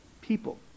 people